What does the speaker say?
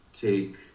take